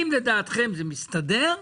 אם לדעתכם זה מסתדר,